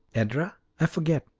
edra? i forget.